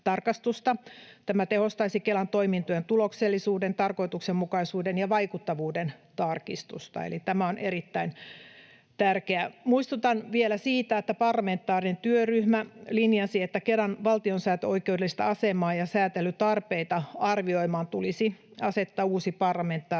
Tämä tehostaisi Kelan toimintojen tuloksellisuuden, tarkoituksenmukaisuuden ja vaikuttavuuden tarkistusta, eli tämä on erittäin tärkeää. Muistutan vielä siitä, että parlamentaarinen työryhmä linjasi, että Kelan valtiosääntöoikeudellista asemaa ja säätelytarpeita arvioimaan tulisi asettaa uusi parlamentaarinen